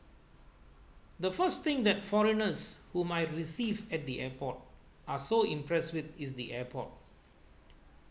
the first thing that foreigners whom I received at the airport are so impressed with it's the airport